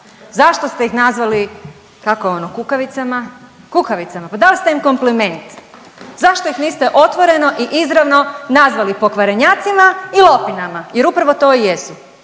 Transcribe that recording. Zašto ste ih nazvali, kako ono, kukavicama, kukavicama? Pa dali ste im kompliment. Zašto ih niste otvoreno i izravno nazvali pokvarenjacima i lopinama jer upravo to i jesu.